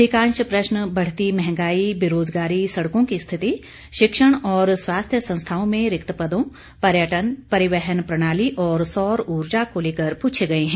अधिकांश प्रश्न बढती महंगाई बेरोजगारी सडकों की स्थिति शिक्षण और स्वास्थ्य संस्थाओं में रिक्त पदों पर्यटन परिवहन प्रणाली और सौर ऊर्जा को लेकर पूछे गये है